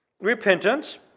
repentance